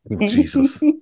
Jesus